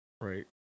right